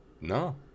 No